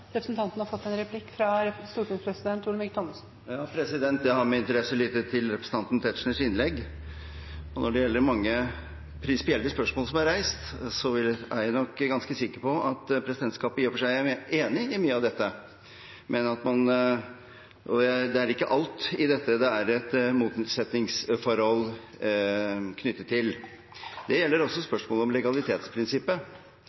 representanten Tetzschners innlegg, og når det gjelder mange prinsipielle spørsmål som er reist, er jeg ganske sikker på at presidentskapet i og for seg er enig i mye av dette. Det er ikke alt i dette det er knyttet et motsetningsforhold til. Det gjelder også